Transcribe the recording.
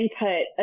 input